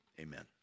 amen